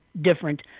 different